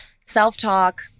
Self-talk